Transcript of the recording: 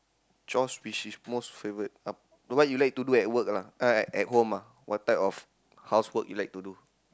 Josh Fisher's most favourite uh what you like to do at work lah uh at at home ah what type of housework you like to do